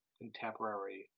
contemporary